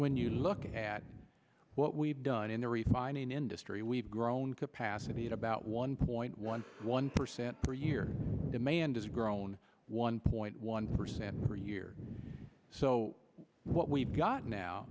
you look at what we've done in the refining industry we've grown capacity at about one point one one percent per year demand has grown one point one percent per year so what we've got now